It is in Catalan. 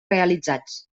realitzats